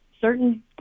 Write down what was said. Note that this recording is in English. certain